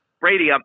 Brady